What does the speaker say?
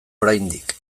oraindik